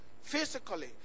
physically